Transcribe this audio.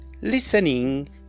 Listening